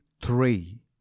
three